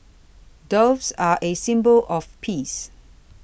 doves are a symbol of peace